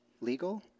legal